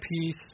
peace